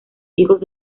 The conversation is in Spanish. hijos